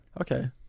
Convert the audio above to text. Okay